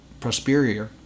prosperior